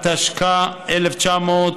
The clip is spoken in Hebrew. התשכ"ה 1965,